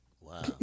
Wow